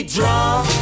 drunk